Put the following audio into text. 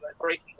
breaking